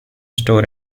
store